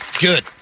Good